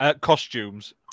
Costumes